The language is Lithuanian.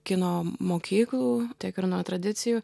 kino mokyklų tiek ir nuo tradicijų